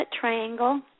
triangle